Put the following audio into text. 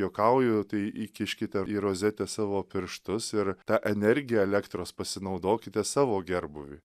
juokauju tai įkiškite į rozetę savo pirštus ir ta energija elektros pasinaudokite savo gerbūvį